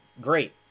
great